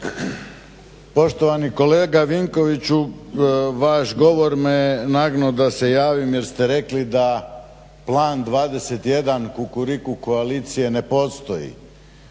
Poštovani kolega Vinkoviću vaš govor me nagnuo da se javim jer ste rekli da plan 21 Kukuriku koalicije ne postoji